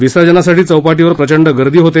विसर्जनासाठी चौपाटीवर प्रचंड गर्दी होते